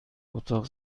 اتاق